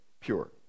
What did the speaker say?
pure